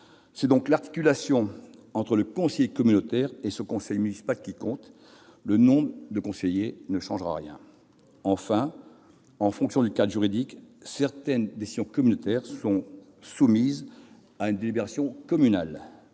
C'est donc l'articulation entre le conseiller communautaire et son conseil municipal qui compte ; augmenter le nombre de conseillers ne changera rien. J'ajoute que, en fonction du cadre juridique, certaines décisions communautaires sont soumises à une délibération communale,